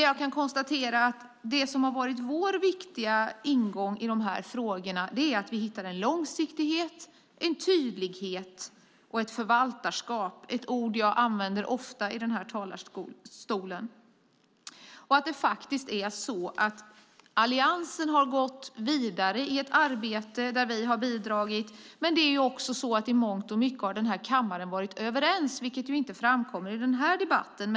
Jag kan konstatera att det som har varit vår viktiga ingång i de här frågorna är att vi hittar en långsiktighet, en tydlighet och ett förvaltarskap - det är ett ord jag använder ofta i den här talarstolen. Och Alliansen har faktiskt gått vidare i ett arbete där vi har bidragit. Men vi har också i mångt och mycket varit överens i den här kammaren, vilket inte framkommer i den här debatten.